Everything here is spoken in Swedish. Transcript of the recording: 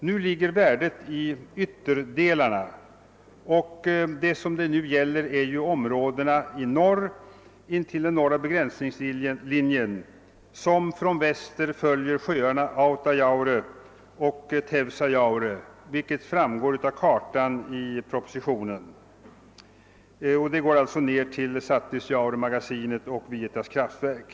Nu ligger värdet i ytterdelarna, och vad det nu gäller är som framgår av kartan i propositionen områdena intill den norra begränsningslinjen som från väster följer sjöarna Autajaure och Teusajaure fram till Satisjaure och Vietas kraftverk.